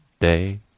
day